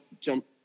jump